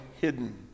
hidden